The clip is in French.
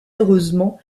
heureusement